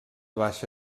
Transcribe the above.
baixa